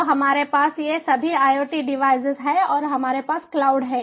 तो हमारे पास ये सभी IoT डिवाइस हैं और हमारे पास क्लाउड है